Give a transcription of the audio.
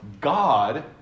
God